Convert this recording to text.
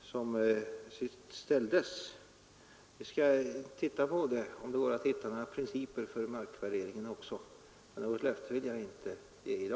som senast ställdes. Jag skall titta på det och se om det går att hitta några principer för markvärderingen också, men något löfte vill jag inte ge i dag.